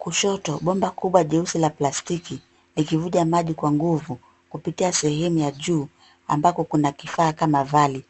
Kushoto bomba kubwa jeusi la plastiki likivuja maji kwa nguvu kupitia sehemu ya juu ambako kuna kifaa kama valley